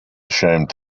ashamed